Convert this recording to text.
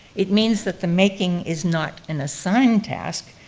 it means that the making is not an assigned task,